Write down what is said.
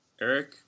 Eric